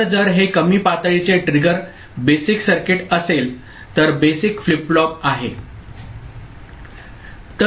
तर जर हे कमी पातळीचे ट्रिगर बेसिक सर्किट असेल तर बेसिक फ्लिप फ्लॉप आहे ओके